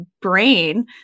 brain